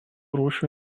rūšių